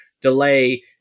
delay